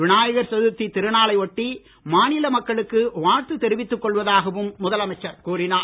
விநாயகர் சதுர்த்தி திருநாளை ஒட்டி மாநில மக்களுக்கு வாழ்த்து தெரிவித்துக் கொள்வதாகவும் முதலமைச்சர் கூறினார்